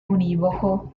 univoco